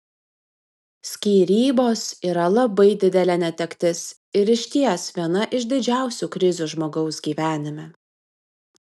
skyrybos yra labai didelė netektis ir išties viena iš didžiausių krizių žmogaus gyvenime